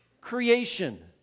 creation